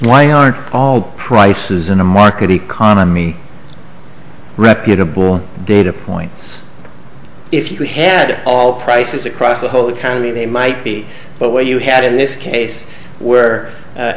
why are all prices in a market economy reputable data points if you had all prices across the whole economy they might be but where you had in this case where